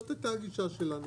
זאת הייתה הגישה שלנו.